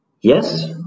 yes